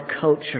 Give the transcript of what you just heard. culture